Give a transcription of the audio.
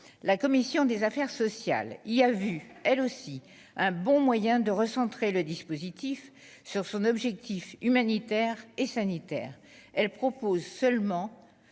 la commission des affaires sociales, il y a vu elle aussi un bon moyen de recentrer le dispositif sur son objectif humanitaire et sanitaire, elle propose seulement